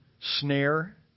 snare